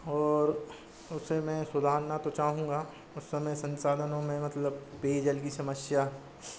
और उसे मैं सुधारना तो चाहूँगा उस समय संसाधनों में मतलब पेयजल की समस्या